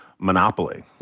Monopoly